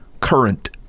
current